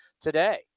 today